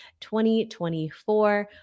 2024